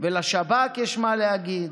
ולשב"כ יש מה להגיד.